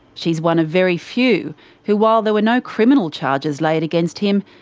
she's one of very few who while there were no criminal charges laid against him,